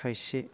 खायसे